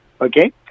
Okay